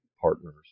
partners